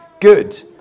good